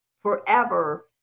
forever